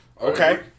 Okay